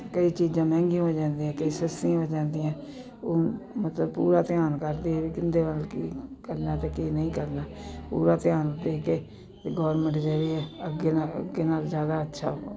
ਕਈ ਚੀਜ਼ਾਂ ਮਹਿੰਗੀਆਂ ਹੋ ਜਾਂਦੀਆਂ ਕਈ ਸਸਤੀਆਂ ਹੋ ਜਾਂਦੀਆਂ ਉਹ ਮਤਲਬ ਪੂਰਾ ਧਿਆਨ ਕਰਦੀ ਹੈ ਵੀ ਕਿਹਦੇ ਵੱਲ ਕੀ ਕਰਨਾ ਅਤੇ ਕੀ ਨਹੀਂ ਕਰਨਾ ਪੂਰਾ ਧਿਆਨ ਦੇ ਕੇ ਅਤੇ ਗੌਰਮੈਂਟ ਜਿਹੜੀ ਹੈ ਅੱਗੇ ਨਾਲ ਅੱਗੇ ਨਾਲ ਜ਼ਿਆਦਾ ਅੱਛਾ